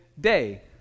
day